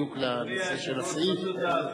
בדיוק לנושא של הסעיף?